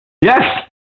Yes